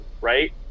right